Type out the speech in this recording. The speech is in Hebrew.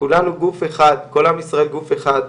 כולנו גוף אחד, כל עם ישראל גוף אחד,